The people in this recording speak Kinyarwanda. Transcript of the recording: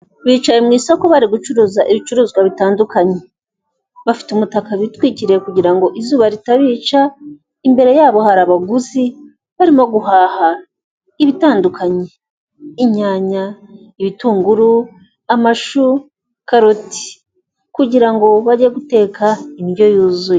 Bicaye mu isoko bari gucuruza ibicuruzwa bitandukanye, bafite umutakabitwikiriye, kugira ngo izuba ritabica, imbere yabo hari abaguzi barimo guhaha ibitandukanye, inyanya, ibitunguru, amashu, karoti, kugira ngo bajye guteka indyo yuzuye.